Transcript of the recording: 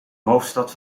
hoofdstad